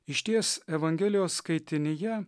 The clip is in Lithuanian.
išties evangelijos skaitinyje